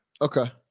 Okay